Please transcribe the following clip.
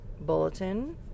bulletin